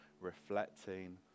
reflecting